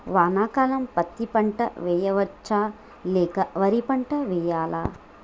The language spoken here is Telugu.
వానాకాలం పత్తి పంట వేయవచ్చ లేక వరి పంట వేయాలా?